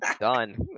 done